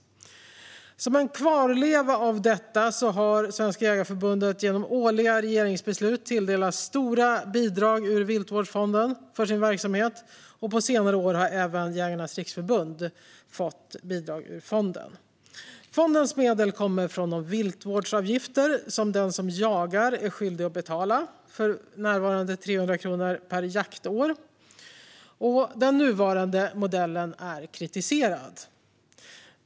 Som en kvarleva av detta har Svenska Jägareförbundet genom årliga regeringsbeslut tilldelats stora bidrag ur Viltvårdsfonden för sin verksamhet. På senare år har även Jägarnas Riksförbund fått bidrag ur fonden. Fondens medel kommer från de viltvårdsavgifter som den som jagar är skyldig att betala, för närvarande 300 kronor per jaktår. Den nuvarande modellen är kritiserad.